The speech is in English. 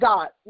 God